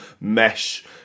mesh